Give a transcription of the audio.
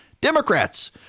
Democrats